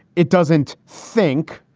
it doesn't think.